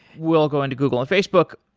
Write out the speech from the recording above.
we'll go into google and facebook,